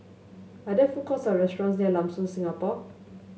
are there food courts or restaurant near Lam Soon Singapore